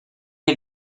est